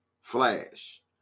Flash